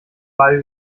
ball